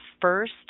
first